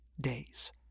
days